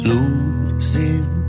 Losing